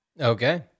Okay